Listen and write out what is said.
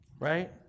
Right